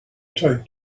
tight